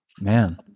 man